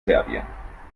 serbien